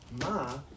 ma